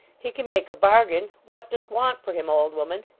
he can make a bargain. what dost want for him, old woman